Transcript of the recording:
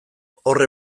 hor